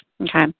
Okay